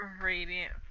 radiant